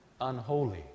unholy